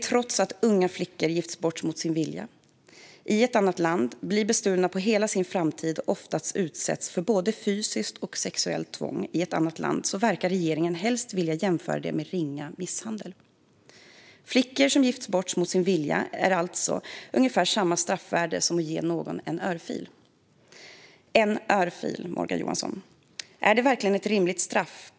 Trots att unga flickor gifts bort mot sin vilja, blir bestulna på hela sin framtid och ofta utsätts för både fysiskt och sexuellt tvång i ett annat land verkar regeringen helst vilja jämföra det med ringa misshandel. Att flickor gifts bort mot sin vilja har alltså ungefär samma straffvärde som att ge någon en örfil - en örfil, Morgan Johansson! Är det verkligen rimligt?